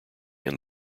end